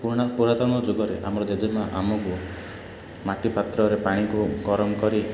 ପୁରୁଣା ପୁରାତନ ଯୁଗରେ ଆମର ଜେଜେ ମାଆ ଆମକୁ ମାଟି ପାତ୍ରରେ ପାଣିକୁ ଗରମ କରି